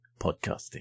podcasting